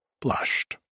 blushed